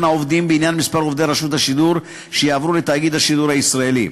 העובדים בעניין מספר עובדי רשות השידור שיעברו לתאגיד השידור הישראלי.